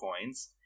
Coins